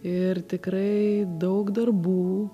ir tikrai daug darbų